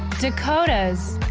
dakota s.